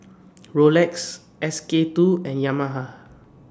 Rolex SK two and Yamaha